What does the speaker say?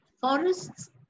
Forests